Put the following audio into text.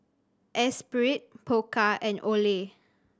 Espirit Pokka and Olay